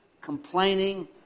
complaining